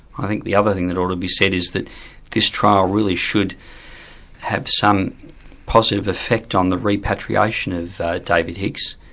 i think the other thing that ought to be said is that this trial really should have some positive effect on the repatriation of david hicks,